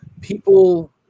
people